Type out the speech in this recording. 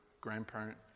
grandparent